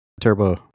turbo